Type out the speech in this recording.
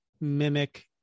mimic